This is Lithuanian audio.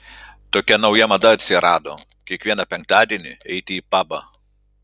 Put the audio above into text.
tokia nauja mada atsirado kiekvieną penktadienį eiti į pabą